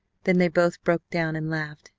then they both broke down and laughed,